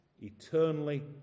eternally